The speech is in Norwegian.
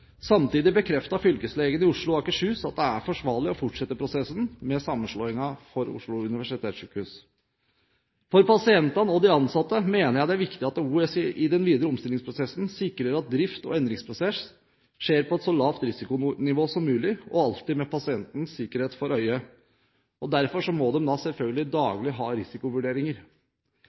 Samtidig bekreftet fylkeslegen i Oslo og Akershus at det er forsvarlig å fortsette prosessen med sammenslåingen for Oslo universitetssykehus. For pasientene og de ansatte mener jeg det er viktig at OUS i den videre omstillingsprosessen sikrer at drift og endringsprosess skjer på et så lavt risikonivå som mulig og alltid med pasientens sikkerhet for øye. Derfor må de selvfølgelig daglig ha risikovurderinger.